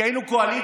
כי היינו קואליציה,